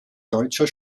deutscher